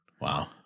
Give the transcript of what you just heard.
Wow